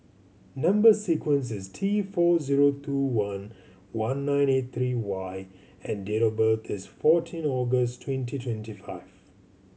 number sequence is T four zero two one one nine eight three Y and date of birth is fourteen August twenty twenty five